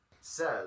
says